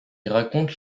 raconte